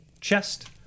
chest